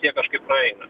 jie kažkaip praeina